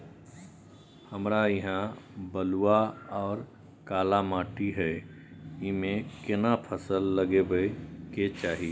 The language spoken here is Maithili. हमरा यहाँ बलूआ आर काला माटी हय ईमे केना फसल लगबै के चाही?